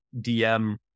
DM